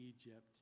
Egypt